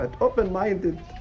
open-minded